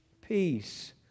peace